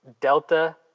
Delta